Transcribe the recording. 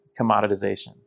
commoditization